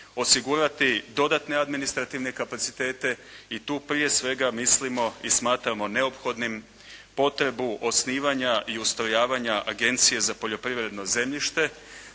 osigurati dodatne administrativne kapacitete i tu prije svega mislimo i smatramo neophodnim potrebu osnivanja i ustrojavanja Agencije za poljoprivredno zemljište